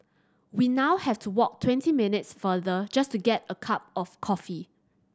we now have to walk twenty minutes farther just to get a cup of coffee